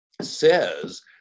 says